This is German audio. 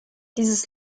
dieses